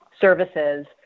services